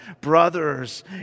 brothers